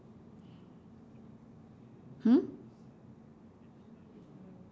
hmm